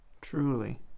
Truly